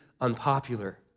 unpopular